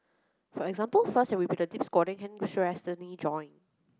for example fast and repeated deep squatting can stress the knee joint